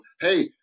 hey